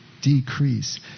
decrease